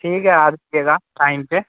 ٹھیک ہے آ جائیے گا ٹائم پہ